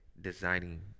designing